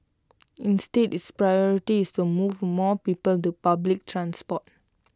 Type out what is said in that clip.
instead its priority is to move more people to public transport